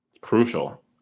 crucial